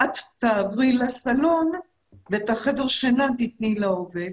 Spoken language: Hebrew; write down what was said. את תעברי לסלון ואת חדר השינה תתני לעובד,